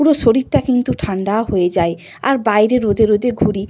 পুরো শরীরটা কিন্তু ঠান্ডা হয়ে যায় আর বাইরে রোদে রোদে ঘুরি